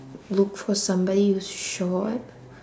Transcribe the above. look for somebody who's short